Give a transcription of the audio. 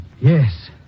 Yes